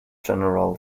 general